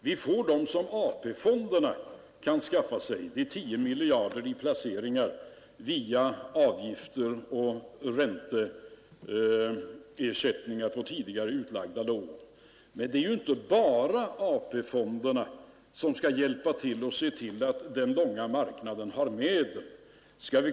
Vi får de pengar som AP-fonderna kan skaffa fram — 10 miljarder kronor i placeringar via avgifter och ränteersättningar på tidigare utlagda lån. Men det är inte bara AP-fonderna som skall se till att den långa marknaden har medel.